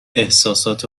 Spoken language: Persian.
احسسات